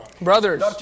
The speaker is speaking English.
brothers